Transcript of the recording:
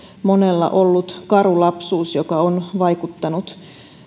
monella ollut karu lapsuus joka on vaikuttanut